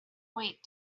point